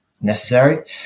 necessary